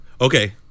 Okay